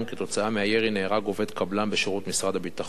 כתוצאה מהירי נהרג עובד קבלן בשירות משרד הביטחון.